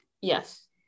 Yes